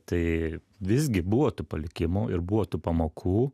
tai visgi buvo tų palikimų ir buvo tų pamokų